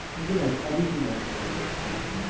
even as everything else around it has.